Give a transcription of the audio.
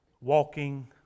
walking